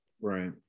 right